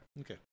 Okay